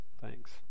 Thanks